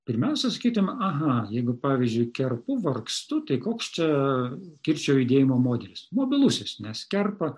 pirmiausia sakytume aha jeigu pavyzdžiui kerpu vargstu tai koks čia kirčio judėjimo modelis mobilusis nes kerpa